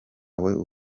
undi